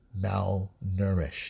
malnourished